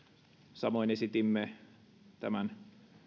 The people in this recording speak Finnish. samoin esitimme tämän